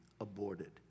aborted